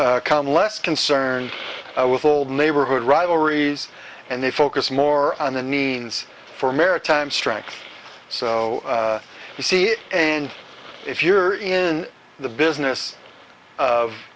be calm less concerned with old neighborhood rivalries and they focus more on the need for maritime strength so you see it and if you're in the business of